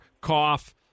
cough